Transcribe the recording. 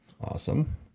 Awesome